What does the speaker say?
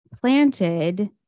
planted